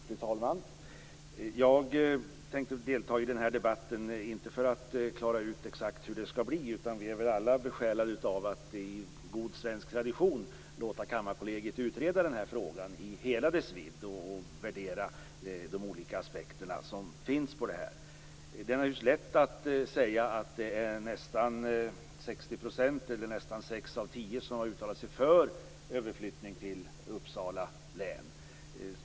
Fru talman! Jag tänker inte delta i den här debatten för att exakt klara ut hur det skall bli. Vi är väl alla besjälade av att i god svensk tradition låta Kammarkollegiet utreda den här frågan i hela dess vidd och värdera de olika aspekter som finns på det här. Det är lätt att säga att nästan 60 % eller i det närmaste 6 av 10 har uttalat sig för en överflyttning till Uppsala län.